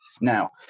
Now